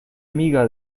amiga